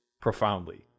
profoundly